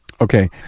Okay